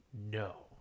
No